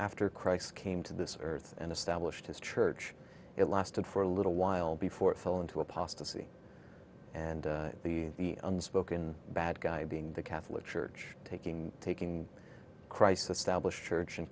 after christ came to this earth and established his church it lasted for a little while before it fell into apostasy and the unspoken bad guy being the catholic church taking taking crisis stablish church and